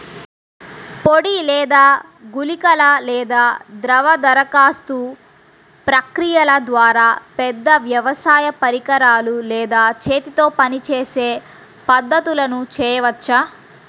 పొడి లేదా గుళికల లేదా ద్రవ దరఖాస్తు ప్రక్రియల ద్వారా, పెద్ద వ్యవసాయ పరికరాలు లేదా చేతితో పనిచేసే పద్ధతులను చేయవచ్చా?